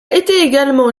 également